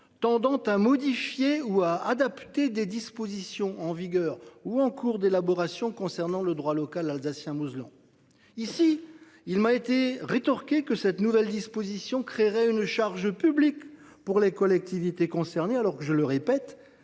tendant à modifier ou à adapter des dispositions en vigueur ou en cours d’élaboration concernant le droit local alsacien mosellan. Il m’a été rétorqué, ici même, que cette nouvelle disposition créerait une charge publique pour les collectivités concernées, alors que, je le répète,